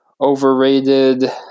overrated